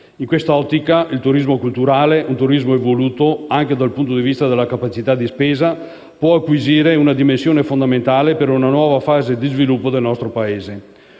In quest'ottica il turismo culturale, un turismo evoluto (anche dal punto di vista della capacità di spesa), può acquisire una dimensione fondamentale per una nuova fase di sviluppo del nostro Paese.